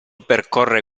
percorre